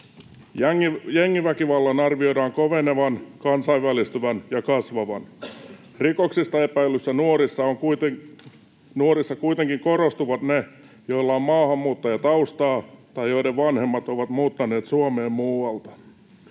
Jengiväkivallan arvioidaan kovenevan, kansainvälistyvän ja kasvavan. Rikoksista epäillyissä nuorissa kuitenkin korostuvat ne, joilla on maahanmuuttajataustaa tai joiden vanhemmat ovat muuttaneet Suomeen muualta.